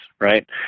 Right